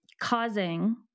causing